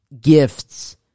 gifts